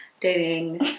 dating